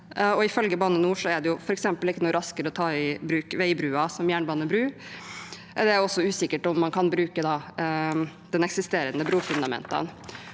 Ifølge Bane NOR er det f.eks. ikke noe raskere å ta i bruk veibrua som jernbanebru. Det er også usikkert om man kan bruke de eksisterende brufundamentene.